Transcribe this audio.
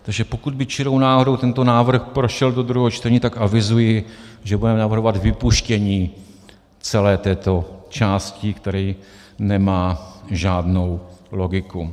Takže pokud by čirou náhodou tento návrh prošel do druhého čtení, tak avizuji, že budeme navrhovat vypuštění celé této části, která nemá žádnou logiku.